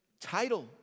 title